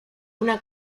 una